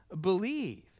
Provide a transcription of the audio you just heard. believe